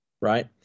Right